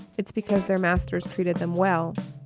it's because their masters treated them well.